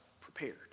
prepared